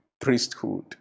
priesthood